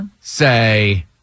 say